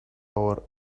our